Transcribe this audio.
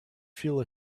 feel